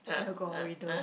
at corridor